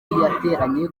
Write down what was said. yateranye